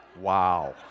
Wow